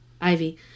Ivy